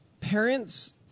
parents